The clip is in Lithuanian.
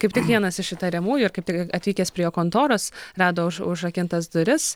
kaip tik vienas iš įtariamųjų ir kaip tik atvykęs prie kontoros rado užrakintas duris